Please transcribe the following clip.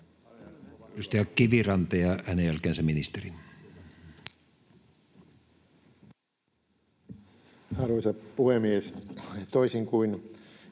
Arvoisa puhemies! Toisin kuin